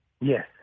Yes